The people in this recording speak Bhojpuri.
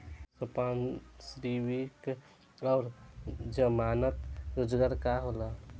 संपार्श्विक और जमानत रोजगार का होला?